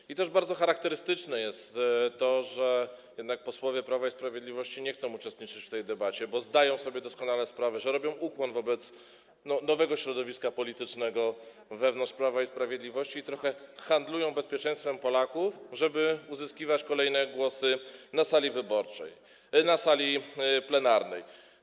I też bardzo charakterystyczne jest to, że jednak posłowie Prawa i Sprawiedliwości nie chcą uczestniczyć w tej debacie, bo zdają sobie doskonale sprawę, że robią ukłon wobec nowego środowiska politycznego wewnątrz Prawa i Sprawiedliwości i trochę handlują bezpieczeństwem Polaków, żeby uzyskiwać kolejne głosy na sali plenarnej.